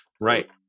Right